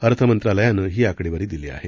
अर्थ मंत्रालयानं ही आकडेवारी दिली आहे